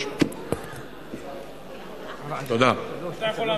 אתה יכול להמשיך.